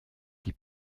die